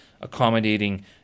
accommodating